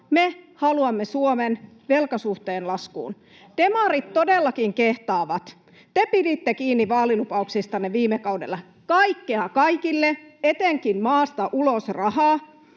Me haluamme Suomen velkasuhteen laskuun. Demarit todellakin kehtaavat. Te piditte kiinni vaalilupauksistanne viime kaudella: kaikkea kaikille, etenkin maasta ulos rahaa